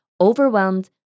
overwhelmed